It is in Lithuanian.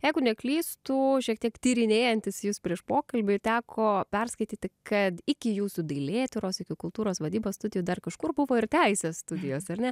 jeigu neklystu šiek tiek tyrinėjantis jus prieš pokalbį teko perskaityti kad iki jūsų dailėtyros iki kultūros vadybos studijų dar kažkur buvo ir teisės studijos ar ne